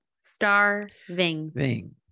starving